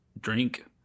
drink